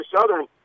southern